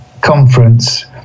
conference